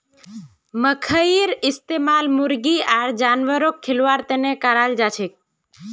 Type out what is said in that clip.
मखईर इस्तमाल मुर्गी आर जानवरक खिलव्वार तने कराल जाछेक